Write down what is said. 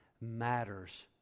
matters